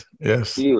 Yes